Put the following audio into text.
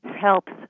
helps